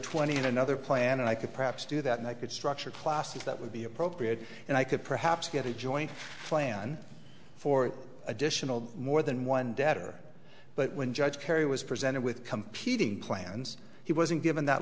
twenty in another plan and i could perhaps do that and i could structure classes that would be appropriate and i could perhaps get a joint plan for additional more than one debtor but when judge kerry was presented with competing plans he wasn't given that